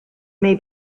may